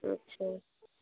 अच्छा